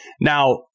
Now